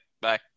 Bye